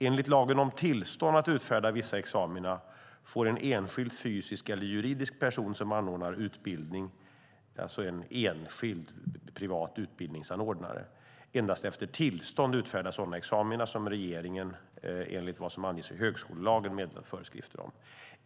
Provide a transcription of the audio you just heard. Enligt lagen om tillstånd att utfärda vissa examina får en enskild fysisk eller juridisk person som anordnar utbildning, alltså en enskild, privat utbildningsanordnare, endast efter tillstånd utfärda sådana examina som regeringen enligt vad som anges i högskolelagen meddelat föreskrifter om.